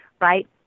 right